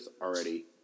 already